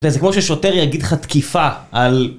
אתה יודע, זה כמו ששוטר יגיד לך תקיפה על...